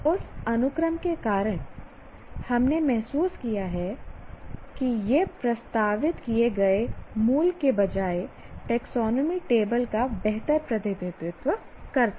उस अनुक्रम के कारण हमने महसूस किया कि यह प्रस्तावित किए गए मूल के बजाय टैक्सोनॉमी टेबल का बेहतर प्रतिनिधित्व होगा